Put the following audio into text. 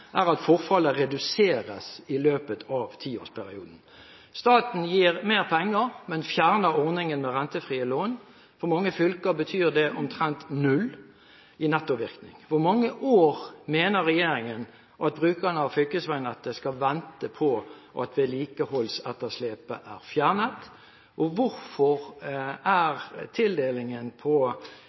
er at forfallet reduseres i løpet av tiårsperioden. Staten gir mer penger, men fjerner ordningen med rentefrie lån. For mange fylker betyr det omtrent null i nettovirkning. Hvor mange år mener regjeringen at brukerne av fylkesveinettet skal vente på at vedlikeholdsetterslepet blir fjernet, og hvorfor er tildelingen